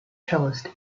cellist